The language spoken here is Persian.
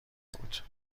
بود